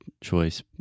choice